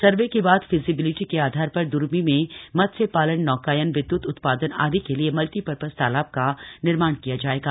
सर्वे के बाद फिजीबिलीटी के आधार पर दुरमी में मत्स्य पालन नौकायन विद्य्त उत्पादन आदि के लिए मल्टीपरपज तालाब का निर्माण किया जाएगा